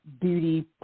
beauty